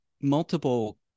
multiple